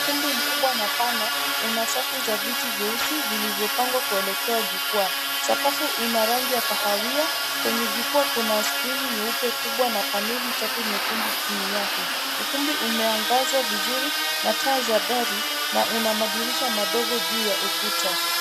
Ukumbi mkubwa na pana una safu za viti vyeusi vilivyopangwa kuelekea jukwaa. Sakafu ina rangi ya kahawia. Kwenye jukwaa kuna skrini nyeupe kubwa na paneli tatu nyekundu chini yake. Ukumbi umeangazwa vizuri na taa za dari na una madirisha madogo juu ya ukuta.